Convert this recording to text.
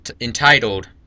entitled